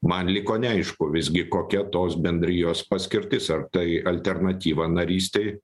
man liko ne aišku visgi kokia tos bendrijos paskirtis ar tai alternatyva narystei